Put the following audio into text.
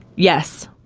yes.